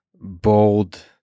bold